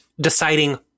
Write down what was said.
Deciding